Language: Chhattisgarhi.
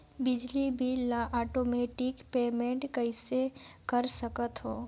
बिजली बिल ल आटोमेटिक पेमेंट कइसे कर सकथव?